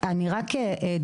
אפשר שאלת הבהרה על זה?